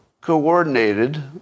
coordinated